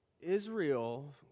Israel